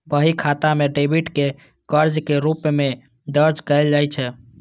बही खाता मे डेबिट कें कर्ज के रूप मे दर्ज कैल जाइ छै